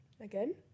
Again